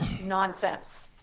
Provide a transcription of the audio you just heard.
nonsense